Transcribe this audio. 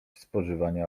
spożywanie